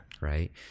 Right